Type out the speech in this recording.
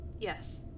Yes